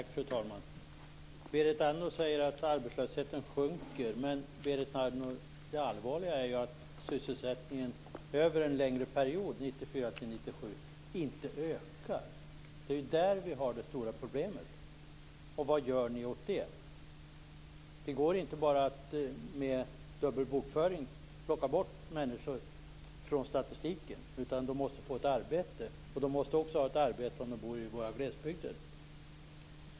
Fru talman! Berit Andnor säger att arbetslösheten sjunker. Men det allvarliga är ju att sysselsättningen inte ökade under perioden 1994-1997. Det är där vi har det stora problemet. Vad gör ni åt det? Det går inte bara att med dubbel bokföring plocka bort människor från statistiken. De måste få ett arbete. De måste ha ett arbete även om de bor i vår glesbygd.